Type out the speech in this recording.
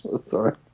Sorry